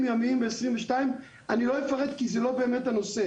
ימיים בשנת 2022. אני לא אפרט כי זה לא הנושא.